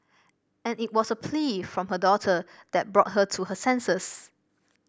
and it was a plea from her daughter that brought her to her senses